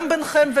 וביניכם,